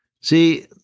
See